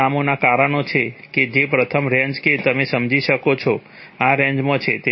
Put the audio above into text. આ નામોના કારણો એ છે કે પ્રથમ રેન્જ કે તમે સમજી શકો કે આ રેન્જમાં છે